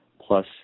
plus